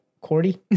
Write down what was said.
Cordy